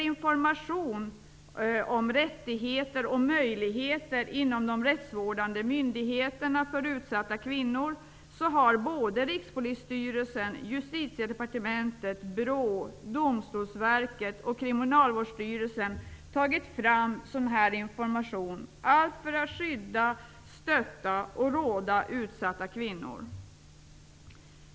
Information om rättigheter och möjligheter för utsatta kvinnor har tagits fram av olika rättsvårdande myndigheter, såväl Kriminalvårdsstyrelsen, allt för att skydda, stötta och råda utsatta kvinnor.